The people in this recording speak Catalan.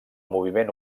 moviment